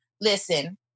listen